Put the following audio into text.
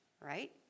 right